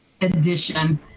edition